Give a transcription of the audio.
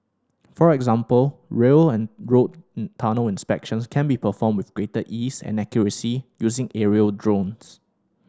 for example rail and road tunnel inspections can be performed with greater ease and accuracy using aerial drones